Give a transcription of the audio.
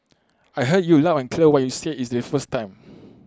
I heard you loud and clear when you said is the first time